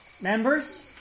members